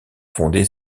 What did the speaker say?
fonder